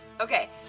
Okay